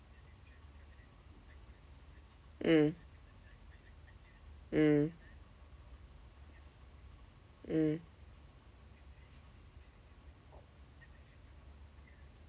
mm mm mm